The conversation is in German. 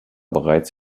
bereits